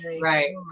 right